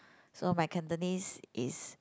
so my Cantonese is